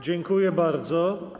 Dziękuję bardzo.